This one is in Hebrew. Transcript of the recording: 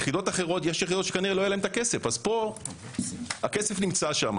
יש יחידות שכנראה לא יהיה להם כסף, הכסף נמצא שם